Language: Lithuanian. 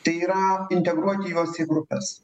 tai yra integruoti juos į grupes